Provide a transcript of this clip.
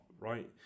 right